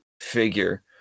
figure